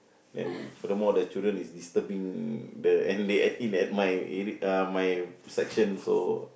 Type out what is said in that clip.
then furthermore the children is disturbing the and they at in at my area uh my section so